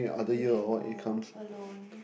you can go alone